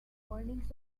warnings